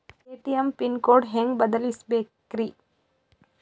ATM pin code ಹೆಂಗ್ ಬದಲ್ಸ್ಬೇಕ್ರಿ?